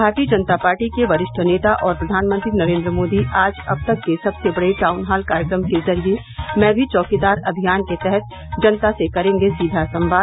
भारतीय जनता पार्टी के वरिष्ठ नेता और प्रधानमंत्री नरेन्द्र मोदी आज अब तक के सबसे बड़े टाउनहाल कार्यक्रम के जरिये मैं भी चौकीदार अभियान के तहत जनता से करेंगे सीधा संवाद